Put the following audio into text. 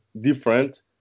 different